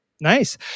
Nice